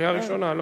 קריאה ראשונה.